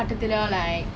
came together as one